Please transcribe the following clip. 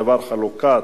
בדבר חלוקת